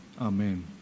Amen